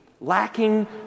lacking